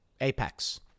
apex